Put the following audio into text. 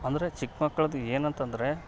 ಅಂದರೆ ಚಿಕ್ಕ ಮಕ್ಕಳದು ಏನಂತಂದರೆ